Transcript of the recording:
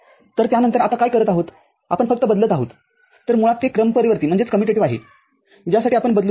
तर त्यानंतर आपण आता काय करत आहोत आपण फक्त बदलत आहोत तर मुळात ते क्रमपरिवर्तीआहे ज्यासाठी आपण बदलू शकतो